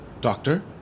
Doctor